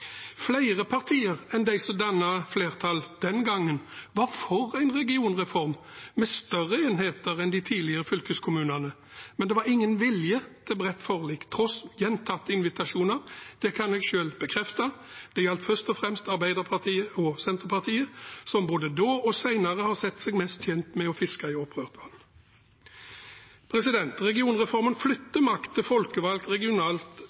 Flere partier enn dem som dannet flertall den gangen, var for en regionreform med større enheter enn de tidligere fylkeskommunene, men det var ingen vilje til bredt forlik, tross gjentatte invitasjoner. Det kan jeg selv bekrefte. Det gjaldt først og fremst Arbeiderpartiet og Senterpartiet, som både da og senere har sett seg mest tjent med å fiske i opprørt vann. Regionreformen